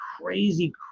crazy